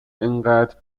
اینقد